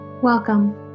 Welcome